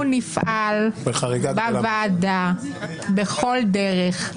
אנחנו נפעל בוועדה בכל דרך,